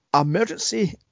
emergency